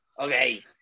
Okay